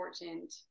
important